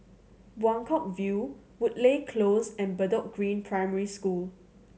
Buangkok View Woodleigh Close and Bedok Green Primary School